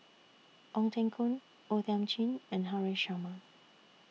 Ong Teng Koon O Thiam Chin and Haresh Sharma